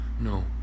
No